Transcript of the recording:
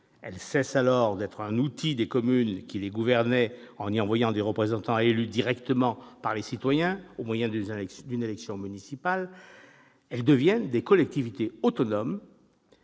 cessent alors d'être un outil des communes qui les gouvernaient en y envoyant des représentants élus directement par les citoyens à l'occasion des élections municipales et deviennent des collectivités autonomes